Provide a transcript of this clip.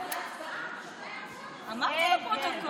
אמרתי, לפרוטוקול.